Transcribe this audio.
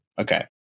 Okay